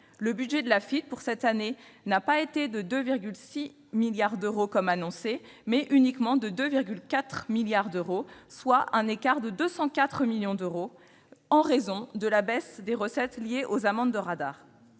le budget n'ayant pas été de 2,6 milliards d'euros, comme annoncé, mais uniquement de 2,4 milliards d'euros, soit un écart de 204 millions d'euros, en raison de la baisse des recettes liées aux amendes de radar.